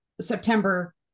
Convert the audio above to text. September